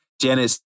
Janice